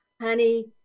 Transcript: honey